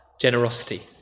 generosity